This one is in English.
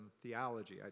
theology